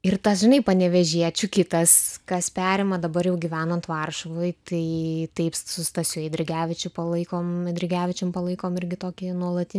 ir tas žinai panevėžiečių kitas kas perima dabar jau gyvenant varšuvoj tai taip su stasiu eidrigevičiu palaikom eidrigevičium palaikome irgi tokį nuolatinį